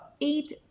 eight